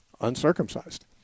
uncircumcised